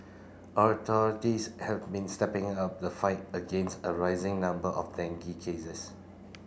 authorities have been stepping up the fight against a rising number of dengue cases